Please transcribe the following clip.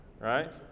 Right